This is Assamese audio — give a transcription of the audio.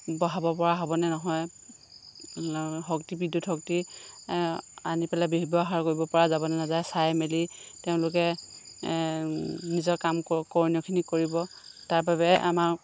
বহাব পৰা হ'ব নে নহয় শক্তি বিদ্যুতশক্তি আনি পেলাই ব্যৱহাৰ কৰিব পৰা যাব নে নাযায় চাই মেলি তেওঁলোকে নিজৰ কাম ক কৰণীয়খিনি কৰিব তাৰ বাবে আমাৰ